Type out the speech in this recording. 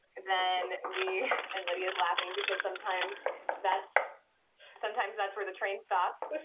then we and lydia's laughing because sometimes that's sometimes that's where the train stops,